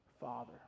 Father